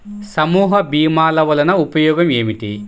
సమూహ భీమాల వలన ఉపయోగం ఏమిటీ?